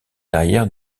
arrière